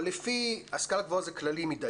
אבל השכלה גבוהה זה כללי מדי,